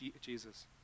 Jesus